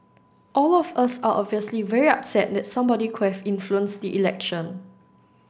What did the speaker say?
all of us are obviously very upset that somebody could have influenced the election